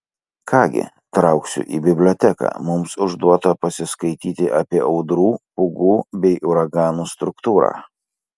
ką gi trauksiu į biblioteką mums užduota pasiskaityti apie audrų pūgų bei uraganų struktūrą